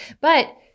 But-